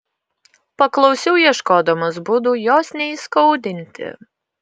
paklausiau ieškodamas būdų jos neįskaudinti